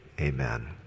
amen